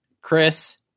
Chris